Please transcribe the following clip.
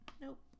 Nope